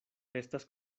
estas